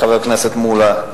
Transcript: חבר הכנסת מולה.